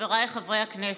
חבריי חברי הכנסת,